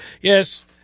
Yes